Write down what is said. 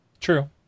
true